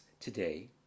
today